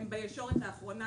והם בישורת האחרונה.